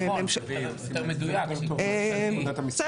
יותר נכון, יותר מדויק, ממשלתי.